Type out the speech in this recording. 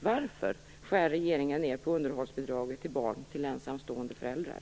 Varför, Maj-Inger Klingvall, skär regeringen ner på underhållsbidraget för barn till ensamstående föräldrar?